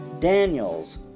Daniels